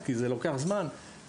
בואו נתכנס כאן עוד 20 שנה,